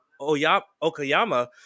Okayama